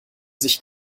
sich